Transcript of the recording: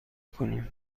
کنیم